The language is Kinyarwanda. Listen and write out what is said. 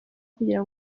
kugira